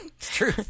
True